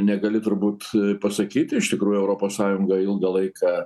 negali turbūt pasakyti iš tikrųjų europos sąjungoj ilgą laiką